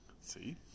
See